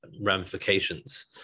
ramifications